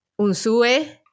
Unsue